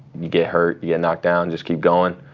you get hurt, you get knocked down, just keep going.